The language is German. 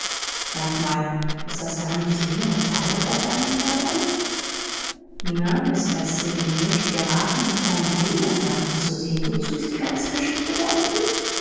sag mal ist das da nicht lehm und talg auf deinen kleidern na mr siddy möcht dir raten nach deinen eigenen sachen zu sehen wozu ist die ganze geschichte da unten